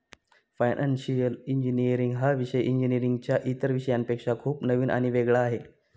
financial engineering हा विषय इंजिनीअरिंगच्या इतर विषयांपेक्षा खूप नवीन आणि वेगळा आहे